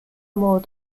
more